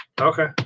Okay